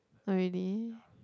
not really